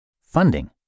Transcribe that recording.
Funding